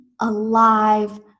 alive